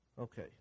Okay